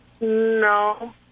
No